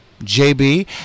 JB